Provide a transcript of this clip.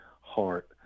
heart